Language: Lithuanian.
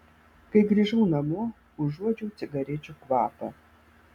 kai grįžau namo užuodžiau cigarečių kvapą